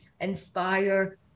inspire